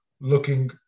looking